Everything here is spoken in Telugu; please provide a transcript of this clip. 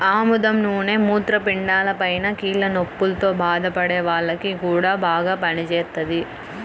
ఆముదం నూనె మూత్రపిండాలపైన, కీళ్ల నొప్పుల్తో బాధపడే వాల్లకి గూడా బాగా పనిజేత్తది